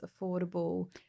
affordable